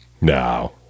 No